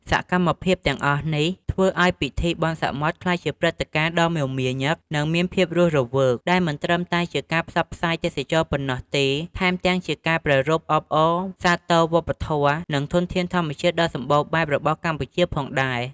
សកម្មភាពទាំងអស់នេះ ធ្វើឲ្យពិធីបុណ្យសមុទ្រក្លាយជាព្រឹត្តិការណ៍ដ៏មមាញឹក និងមានភាពរស់រវើក ដែលមិនត្រឹមតែជាការផ្សព្វផ្សាយទេសចរណ៍ប៉ុណ្ណោះទេ ថែមទាំងជាការប្រារព្ធអបអរសាទរវប្បធម៌ និងធនធានធម្មជាតិដ៏សម្បូរបែបរបស់កម្ពុជាផងដែរ។